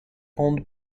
owned